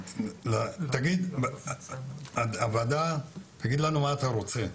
תגיד לנו מה אתה רוצה.